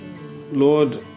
lord